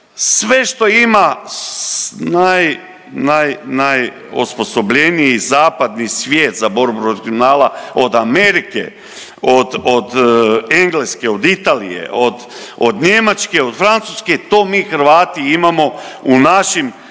Sve što ima najosposobljeniji zapadni svijet za borbu protiv kriminala od Amerike, od Engleske, od Italije, od Njemačke, od Francuske, to mi Hrvati imamo u našim